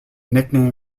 nickname